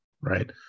right